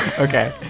Okay